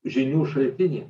žinių šaltinį